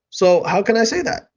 so how can i say that,